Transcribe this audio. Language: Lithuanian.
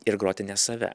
ir groti ne save